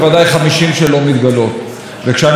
אנחנו רואים מה מחמם את הגזרה,